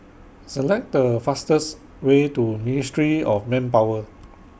Select The fastest Way to Ministry of Manpower